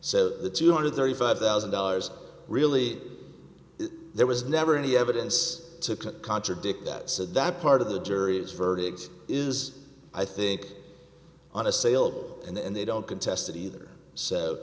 so the two hundred thirty five thousand dollars really there was never any evidence to contradict that so that part of the jury's verdict is i think on a sale and they don't contest it either